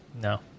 No